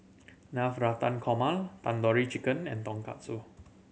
Navratan Korma Tandoori Chicken and Tonkatsu